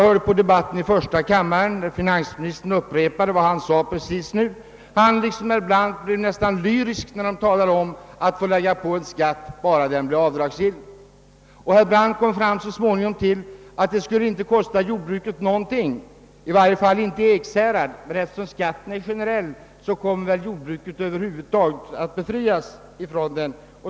I debatten i första kammaren sade finansministern precis samma sak som han nyss sade här. Han — liksom även herr Brandt — blir nästan lyrisk när han talar om att få lägga på en skatt som blir avdragsgill. Herr Brandt kom fram till att det inte skulle kosta jordbruket någonting, i varje fall inte i Ekshärad, men eftersom skatten är generell kommer väl jordbruket över huvud taget att befrias från den.